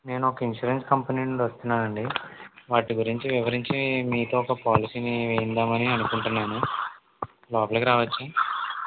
నేను ఒక insurance company నుండి వస్తున్నానండి వాటి గురించి వివరించి మీతో ఒక పాలసీని వేయిద్దామని అనుకుంటున్నాను లోపలికి రావచ్చా